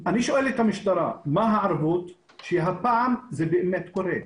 אני שואל את המשטרה: מה הערבות שהפעם זה באמת קורה?